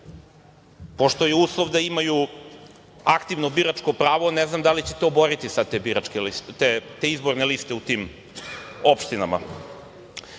Pošto je uslov da imaju aktivno biračko pravo, ne znam da li ćete oboriti sad te izborne liste u tim opštinama. Još